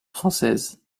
française